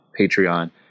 Patreon